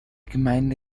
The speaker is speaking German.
gemeinde